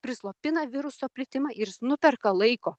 prislopina viruso plitimą ir jis nuperka laiko